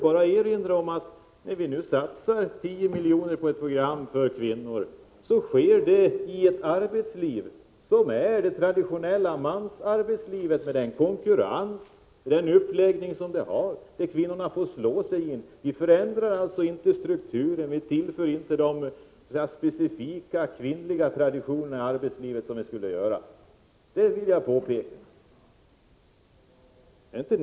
Men när vi nu satsar 10 milj.kr. på ett program för kvinnor sker det i ett arbetsliv som är det traditionella mansarbetslivet med den konkurrens och den uppläggning i övrigt som det har och där kvinnorna får slå sig in. Vi förändrar alltså inte strukturen, vi tillför inte arbetslivet de specifika kvinnliga traditionerna, som vi borde göra. Jag har bara velat påpeka det.